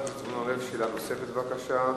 חבר הכנסת זבולון אורלב, שאלה נוספת, בבקשה.